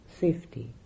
safety